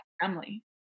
family